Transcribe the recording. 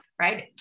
right